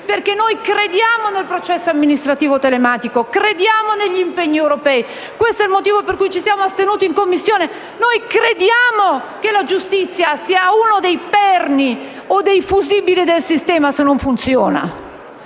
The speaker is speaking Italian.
perché noi crediamo nel processo amministrativo telematico, crediamo negli impegni europei e questo è il motivo per cui ci siamo astenuti in Commissione. Noi crediamo che la giustizia sia uno dei perni o dei fusibili del sistema se non funziona,